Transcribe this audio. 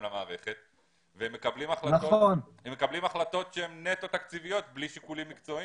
למערכת והם מקבלים החלטות שהן נטו תקציביות בלי שיקולים מקצועיים.